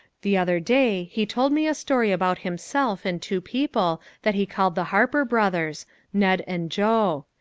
the other day he told me a story about himself and two people that he called the harper brothers ned and joe.